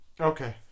Okay